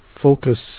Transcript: focus